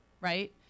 right